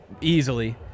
easily